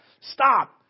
Stop